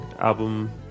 Album